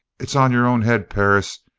it's on your own head, perris.